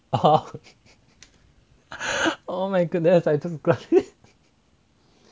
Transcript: (uh huh) oh my goodness I just got it